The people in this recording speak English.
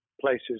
places